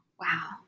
Wow